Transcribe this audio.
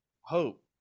hope